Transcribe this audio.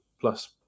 plus